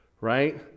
Right